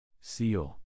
Seal